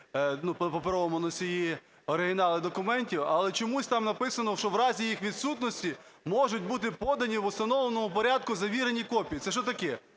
паперові носії, оригінали документів. Але чомусь там написано, що "в разі їх відсутності можуть бути подані в установленому порядку завірені копії". Це що таке?